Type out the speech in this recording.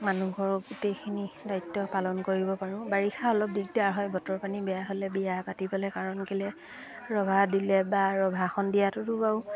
মানুহঘৰৰ গোটেইখিনি দায়িত্ব পালন কৰিব পাৰোঁ বাৰিষা অলপ দিগদাৰ হয় বতৰ পানী বেয়া হ'লে বিয়া পাতিবলৈ কাৰণ কেলে ৰভা দিলে বা ৰভাখন দিয়াটোতো বাৰু